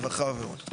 רווחה ועוד.